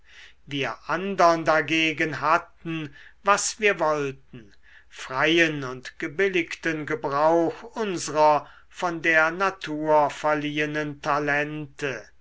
wir andern dagegen hatten was wir wollten freien und gebilligten gebrauch unsrer von der natur verliehenen talente